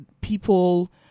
people